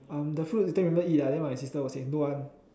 uh the food later remember eat ah then my sister will say don't want